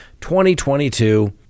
2022